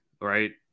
right